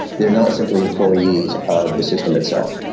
they are not simply employees of the system itself.